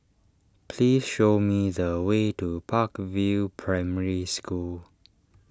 please show me the way to Park View Primary School